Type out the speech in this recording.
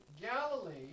Galilee